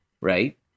right